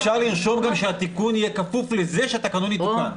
אפשר לרשום גם שהתיקון יהיה כפוף לזה שהתקנון ייקבע.